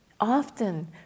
often